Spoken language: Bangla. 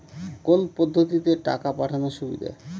কোন পদ্ধতিতে টাকা পাঠানো সুবিধা?